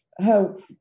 help